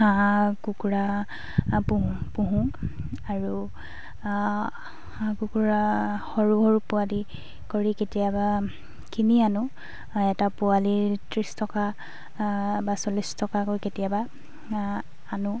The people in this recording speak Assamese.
হাঁহ কুকুৰা পুহোঁ পুহোঁ আৰু হাঁহ কুকুৰা সৰু সৰু পোৱালি কৰি কেতিয়াবা কিনি আনো এটা পোৱালি ত্ৰিছ টকা বা চল্লিছ টকাকৈ কেতিয়াবা আনো